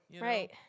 Right